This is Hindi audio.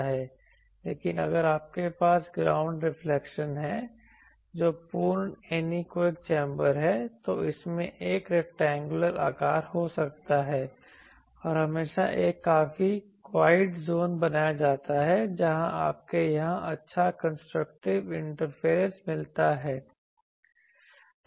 लेकिन अगर आपके पास ग्राउंड रिफ्लेक्शन है जो एक पूर्ण एनीकोएक चैंबर है तो इसमें एक रैक्टेंगुलर आकार हो सकता है और हमेशा एक काफी जोन बनाया जाता है जहां आपको यहां अच्छा कंस्ट्रक्टिव इंटरफेरेंस मिलता है